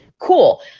Cool